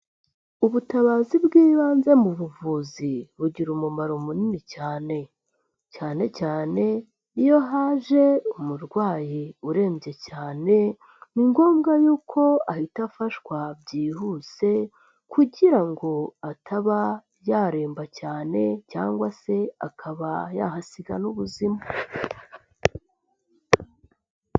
Ubutabazi bw'ibanze mu buvuzi bugira umumaro munini cyane, cyane cyane iyo haje umurwayi urembye cyane, ni ngombwa yuko ahita afashwa byihuse kugira ngo ataba yaremba cyane cyangwa se akaba yahasiga n'ubuzima.